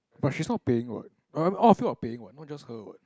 but she's not paying what right all of you are paying what not just her what